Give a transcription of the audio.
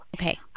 Okay